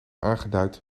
aangeduid